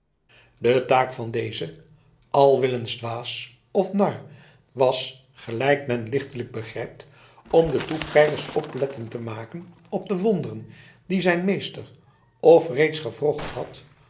de taak van dezen alwillens dwaas of nar was gelijk men lichtelijk begrijpt om de toekijkers oplettend te maken op de wonderen die zijn meester f reeds gewrocht had